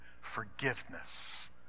forgiveness